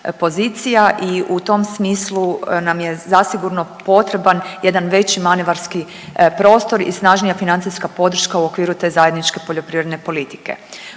i u tom smislu nam je zasigurno potreban jedan veći manevarski prostor i snažnija financijska podrška u okviru te zajedničke poljoprivredne politike.